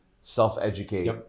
self-educate